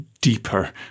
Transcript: deeper